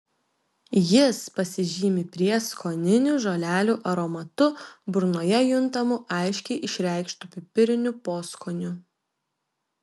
jis pasižymi prieskoninių žolelių aromatu burnoje juntamu aiškiai išreikštu pipiriniu poskoniu